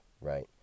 right